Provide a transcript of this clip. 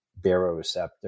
baroreceptor